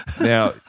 Now